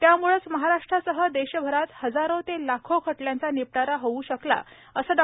त्याम्ळेच महाराष्ट्रासह देशभरात हजारो ते लाखो खटल्यांचा निपटारा होऊ शकला असे डॉ